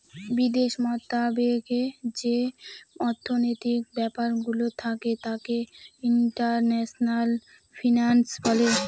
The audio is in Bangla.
বিদেশ মতাবেকে যে অর্থনৈতিক ব্যাপারগুলো থাকে তাকে ইন্টারন্যাশনাল ফিন্যান্স বলে